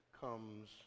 comes